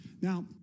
Now